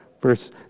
verse